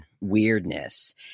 weirdness